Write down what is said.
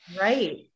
Right